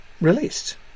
released